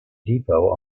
depot